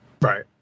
Right